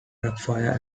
backfire